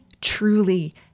truly